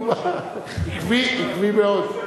עקבי מאוד.